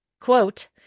quote